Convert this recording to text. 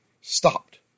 stopped